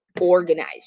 organized